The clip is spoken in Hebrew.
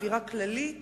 אווירה כללית